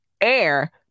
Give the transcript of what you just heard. air